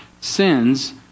sins